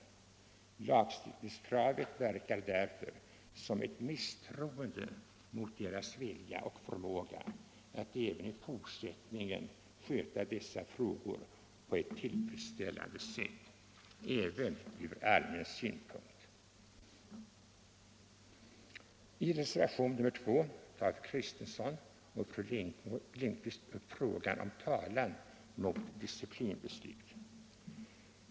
Lagstiftningskravet verkar därför som ett misstroende mot deras vilja och förmåga att även i fortsättningen sköta dessa frågor på ett tillfredsställande sätt även ur allmän samhällssynpunkt. I reservation 2 tar fru Kristensson och fru Lindquist upp frågan om talan mot disciplinbeslut.